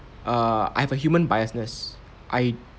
err I have a human biasness I